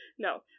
No